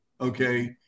Okay